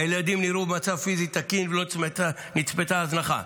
הילדים נראו במצב פיזי תקין ולא נצפתה הזנחה.